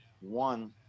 one